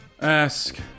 Ask